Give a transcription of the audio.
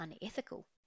unethical